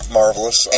marvelous